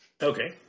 Okay